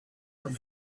from